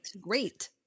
great